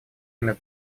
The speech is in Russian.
имя